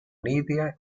lidia